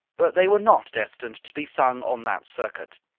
but they were not destined to be sung on that circuit.